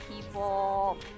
people